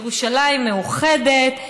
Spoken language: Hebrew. ירושלים מאוחדת,